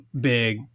big